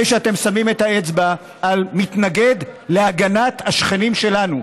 לפני שאתם שמים את האצבע על "מתנגד להגנת השכנים שלנו,